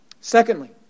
Secondly